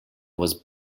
was